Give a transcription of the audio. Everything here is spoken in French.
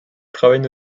travaille